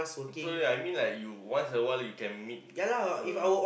so ya I mean like you once awhile you can meet her